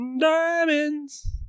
Diamonds